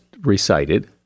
recited